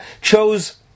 chose